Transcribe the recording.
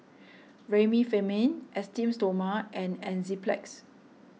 Remifemin Esteem Stoma and Enzyplex